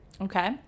okay